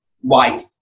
white